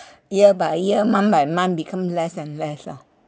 year by year month by month become less and less lah